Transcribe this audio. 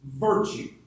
virtue